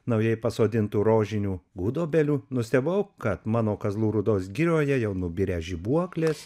naujai pasodintų rožinių gudobelių nustebau kad mano kazlų rūdos girioje jau nubirę žibuoklės